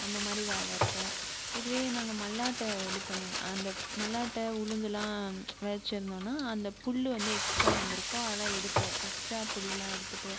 அந்தமாதிரி வேலை இருக்கும் இதுவே நாங்கள் மல்லாட்ட இது பண்ணி அந்த மல்லாட்ட உளுந்துல்லா விளைச்சி இருந்தோன்னா அந்த புல்லு வந்து எக்ஸ்ட்ரா வந்துருக்கும் அதெல்லாம் எடுப்போம் எக்ஸ்ட்ரா புல்லுல்லா எடுத்துகிட்டு